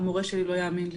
המורה שלי לא יאמין לי.